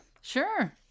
Sure